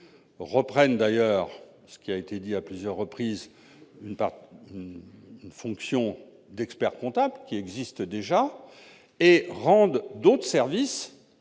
reprenant d'ailleurs, comme cela a été dit à plusieurs reprises, une fonction d'expert-comptable, qui existe déjà, et rende d'autres services